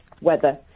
weather